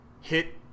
hit